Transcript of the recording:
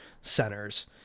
centers